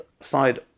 side